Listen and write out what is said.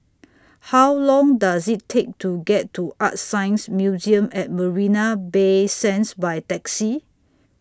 How Long Does IT Take to get to ArtScience Museum At Marina Bay Sands By Taxi